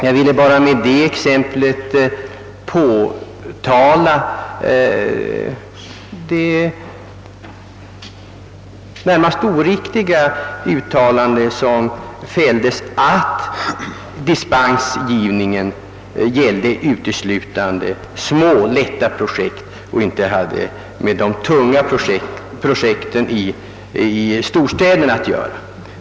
Jag ville bara påtala det närmast oriktiga uttalandet att dispensgivningen uteslutande gällde små lätta projekt och inte hade med de tunga projekten i storstäderna att göra.